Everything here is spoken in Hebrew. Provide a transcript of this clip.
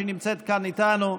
שנמצאת כאן איתנו.